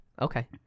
Okay